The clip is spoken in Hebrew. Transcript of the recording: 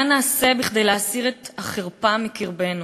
מה נעשה כדי להסיר את החרפה מקרבנו?